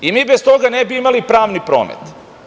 I mi bez toga ne bi imali pravni promet.